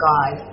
God